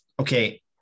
okay